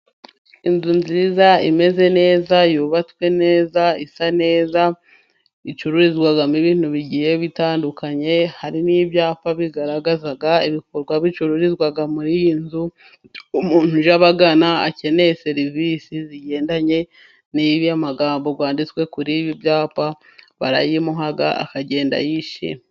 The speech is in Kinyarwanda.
Inzu nziza, imeze neza, yubatswe neza, isa neza, icururizwamo ibintu bigiye bitandukanye, hari n'ibyapa bigaragaza ibikorwa bicururizwa muri iyi nzu, umuntu uje abagana, akeneye serivisi zigendanye n'aya magambo yanditswe kuri ibi byapa, barayimuha akagenda yishimye.